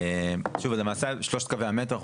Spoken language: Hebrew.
למעשה שלושת קווי המטרו,